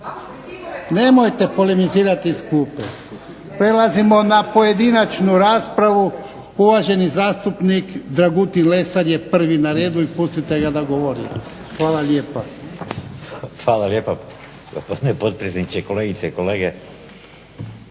Nemojte polemizirati iz klupe. Prelazimo na pojedinačnu raspravu, uvaženi zastupnik Dragutin Lesar je prvi na redu, i pustite ga da govori. Hvala lijepa. **Lesar, Dragutin